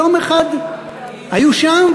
יום אחד היו שם,